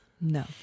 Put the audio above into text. No